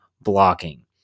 blocking